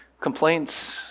complaints